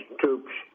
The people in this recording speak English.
troops